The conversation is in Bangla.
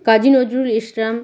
কাজী নজরুল ইসলাম